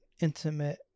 intimate